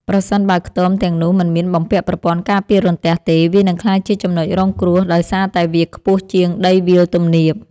ប្រសិនបើខ្ទមទាំងនោះមិនមានបំពាក់ប្រព័ន្ធការពាររន្ទះទេ វានឹងក្លាយជាចំណុចរងគ្រោះដោយសារតែវាខ្ពស់ជាងដីវាលទំនាប។